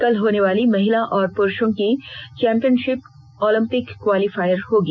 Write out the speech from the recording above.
कल होने वाली महिला और पुरुषों की चैंपियनशिप ओलंपिक क्वालीफायर होगी